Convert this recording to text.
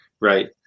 right